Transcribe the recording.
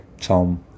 Tom